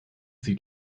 sieht